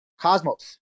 Cosmos